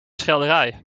schilderij